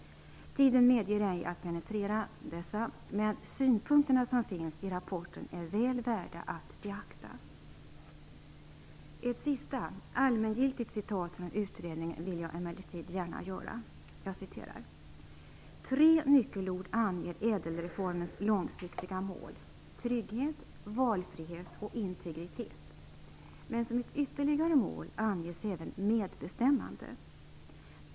Tiden medger ej att penetrera dessa, men de synpunkter som finns i rapporten är väl värda att beakta. Ett sista, allmängiltigt citat från rapporten vill jag emellertid gärna göra: "Tre nyckelord anger Ädelreformens långsiktiga mål; trygghet, valfrihet och integritet. Men som ett ytterligare mål anges även medbestämmande.